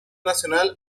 nacional